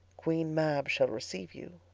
queen mab shall receive you.